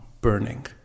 burning